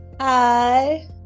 Hi